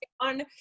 on